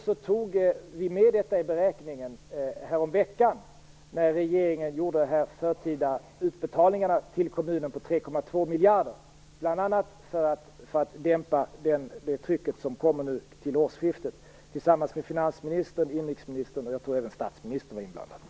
Vi tog med detta i beräkningen häromveckan när regeringen gjorde de förtida utbetalningarna till kommunerna om 3,2 miljarder, bl.a. för att dämpa det tryck som kommer till årsskiftet. I detta var även finansministern, inrikesministern och, vill jag minnas, även statsministern inblandade.